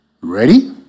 Ready